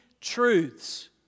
truths